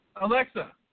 Alexa